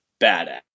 badass